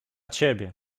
ciebie